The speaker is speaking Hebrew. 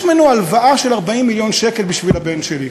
ממנו הלוואה של 40 מיליון שקל בשביל הבן שלי.